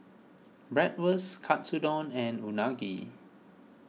Bratwurst Katsudon and Unagi